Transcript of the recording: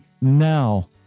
now